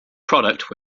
product